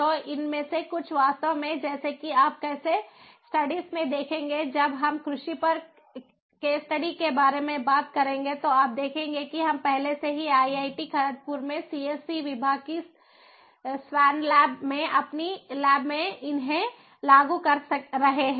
तो इनमें से कुछ वास्तव में जैसा कि आप केस स्टडीज में देखेंगे जब हम कृषि पर केस स्टडी के बारे में बात करेंगे तो आप देखेंगे कि हम पहले से ही IIT खड़गपुर में CSC विभाग की स्वॉन लैब में अपनी लैब में इन्हें लागू कर रहे हैं